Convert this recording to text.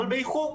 אבל באיחור.